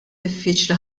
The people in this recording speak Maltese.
diffiċli